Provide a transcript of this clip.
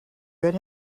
good